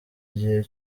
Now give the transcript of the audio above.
igihe